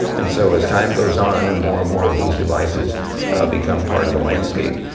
and so as time goes on and more and more of these devices become part of the landscape,